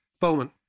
Bowman